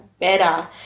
better